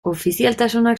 ofizialtasunak